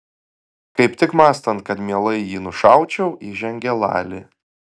kaip tik mąstant kad mielai jį nušaučiau įžengė lali